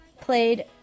played